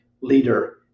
leader